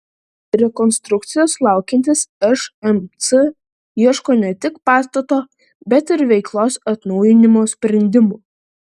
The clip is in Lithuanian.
rekonstrukcijos laukiantis šmc ieško ne tik pastato bet ir veiklos atnaujinimo sprendimų